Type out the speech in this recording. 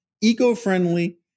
eco-friendly